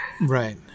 Right